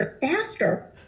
faster